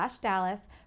dallas